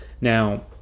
Now